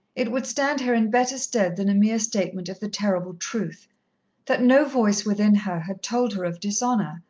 it would stand her in better stead than a mere statement of the terrible truth that no voice within her had told her of dishonour,